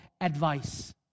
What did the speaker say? advice